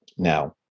Now